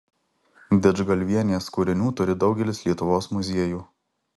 didžgalvienės kūrinių turi daugelis lietuvos muziejų